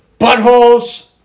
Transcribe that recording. Buttholes